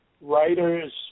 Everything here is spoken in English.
writer's